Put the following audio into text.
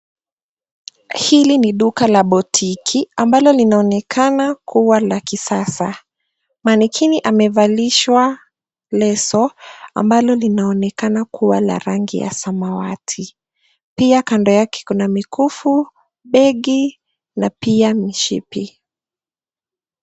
Hili ni duka la botiki ambalo linaonekana kuwa la kisasa. Manekini amevalishwa leso ambalo linaonekana kuwa la rangi ya samawati. Pia kando yake kuna mikufu, begi na pia mishipi.